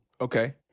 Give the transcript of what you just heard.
Okay